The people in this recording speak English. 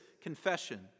confession